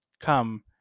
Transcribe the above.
Come